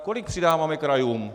Kolik přidáváme krajům?